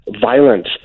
violence